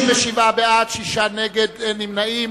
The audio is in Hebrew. בעד, 67, נגד, 6, ואין נמנעים.